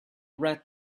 read